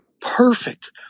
perfect